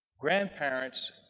Grandparents